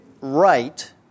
right